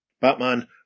Batman